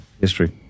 history